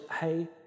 hey